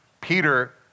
Peter